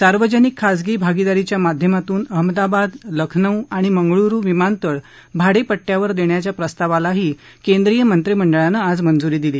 सार्वजनिक खाजगी भागीदारीच्या माध्यमातून अहमदाबाद लखनौ आणि मंगळुरू विमानतळ भाडेपट्यावर देण्याच्या प्रस्तावालाही केंद्रीय मंत्रीमंडळानं आज मंजूरी दिली